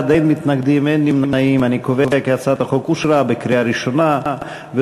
ההצעה להעביר את הצעת חוק להגברת התחרות ולצמצום הריכוזיות